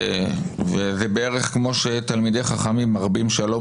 וזה בערך כמו שתלמידי חכמים מרבים שלום